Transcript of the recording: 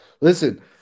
Listen